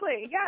Yes